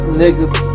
niggas